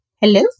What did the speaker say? Hello